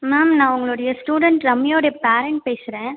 ma'am நான் உங்களுடைய student Ramya உடைய பேரண்ட் பேசுகிறேன்